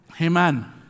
Amen